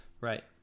right